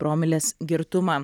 promilės girtumą